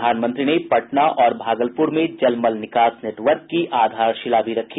प्रधानमंत्री ने पटना और भागलपुर में जल मल निकास नेटवर्क की आधारशिला भी रखी